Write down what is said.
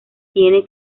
tiene